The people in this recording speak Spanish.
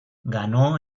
ganó